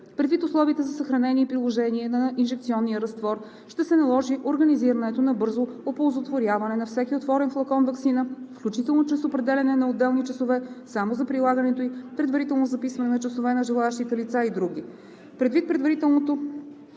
Предвид условията за съхранение и приложение на инжекционния разтвор ще се наложи организирането на бързо оползотворяване на всеки отворен флакон ваксина, включително чрез определяне на отделни часове само за прилагането ѝ, предварително записване на часове на желаещите лица и други.